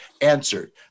answered